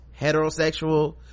heterosexual